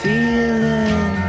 Feeling